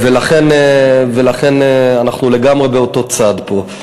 ולכן אנחנו לגמרי באותו צד פה.